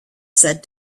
said